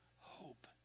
hope